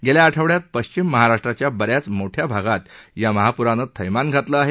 गेल्या आठवडयात पश्चिम महाराष्ट्राच्या ब याच मोठया भागात या महाप्रानं थैमान घातलं आहे